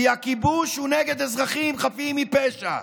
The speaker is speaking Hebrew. כי הכיבוש הוא נגד אזרחים חפים מפשע.